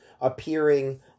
appearing